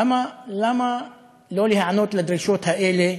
למה לא להיענות לדרישות האלה,